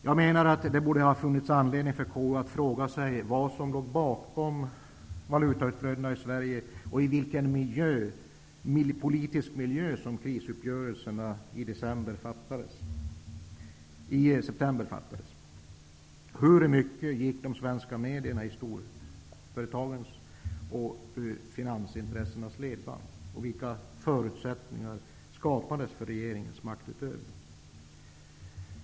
Jag menar att det borde ha funnits anledning för KU att fråga sig vad som låg bakom valutautflödena i Sverige och i vilken politisk miljö som krisuppgörelserna i september fattades. Hur mycket gick svenska media i storföretagens och finansintressenas ledband? Vilka förutsättningar skapades för regeringens maktutövning?